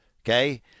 okay